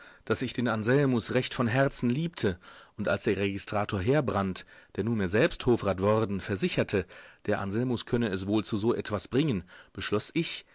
daß ich den anselmus recht von herzen liebte und als der registrator heerbrand der nunmehr selbst hofrat worden versicherte der anselmus könne es wohl zu so etwas bringen beschloß ich